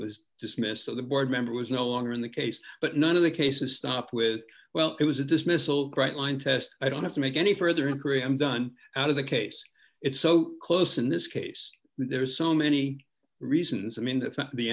was dismissed so the board member was no longer in the case but none of the cases stopped with well it was a dismissal bright line test i don't have to make any further inquiry i'm done out of the case it's so close in this case there's so many reasons i mean th